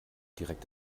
direkt